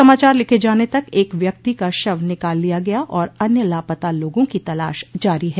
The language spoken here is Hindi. समाचार लिखे जाने तक एक व्यक्ति का शव निकाल लिया गया और अन्य लापता लोगों की तलाश जारी है